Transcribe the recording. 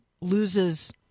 loses